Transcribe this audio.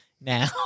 now